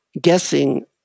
guessing